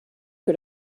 que